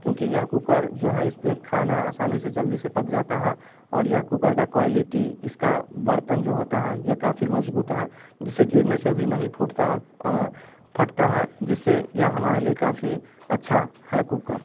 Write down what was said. क्योंकि कुकर जो है इस पर खाना आसानी से जल्दी से पक जाता है और यह कुकर का क्वालिटी इसका बर्तन जो होता है यह काफ़ी मजबूत है जिसे गिरने से भी नहीं फूटता और फटता है जिससे यह हमारे लिए काफ़ी अच्छा है कुकर